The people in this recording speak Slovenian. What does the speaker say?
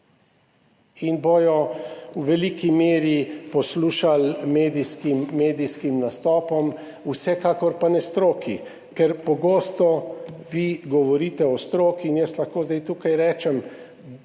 in bodo v veliki meri poslušali medijskim, medijskim nastopom, vsekakor pa ne stroki, ker pogosto vi govorite o stroki in jaz lahko zdaj tukaj rečem